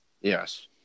Yes